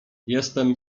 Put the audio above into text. jestem